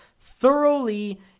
thoroughly